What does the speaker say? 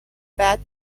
bad